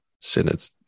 synods